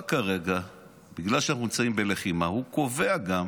בגלל שאנחנו נמצאים בלחימה, הצבא כרגע קובע גם